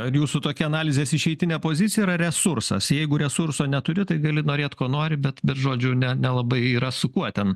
ar jūsų tokia analizės išeitinė pozicija yra resursas jeigu resurso neturi tai gali norėt ko nori bet bet žodžiu ne nelabai yra su kuo ten